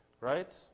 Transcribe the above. right